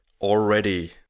already